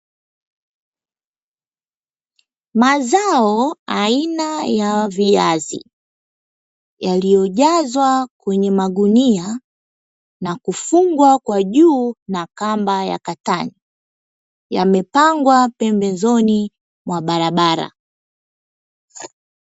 Mazao aina ya viazi yaliyojazwa kwenye magunia na kufungwa kwa juu na kamba ya katani. Yamepangwa pembezoni mwa barabara.